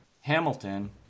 Hamilton